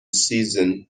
season